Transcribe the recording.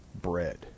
bread